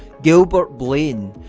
gilbert blane,